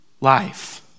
life